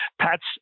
Pat's